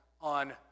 on